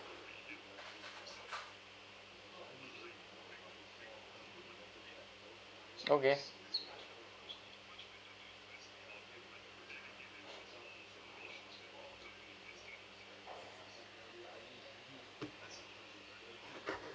okay